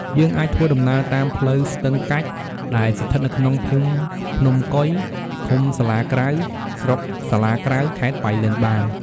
យើងអាចធ្វើដំណើរតាមផ្លូវស្ទឹងកាច់ ដែលស្ថិតនៅក្នុងភូមិភ្នំកុយ ឃុំសាលាក្រៅ ស្រុកសាលាក្រៅ ខេត្តប៉ៃលិនបាន។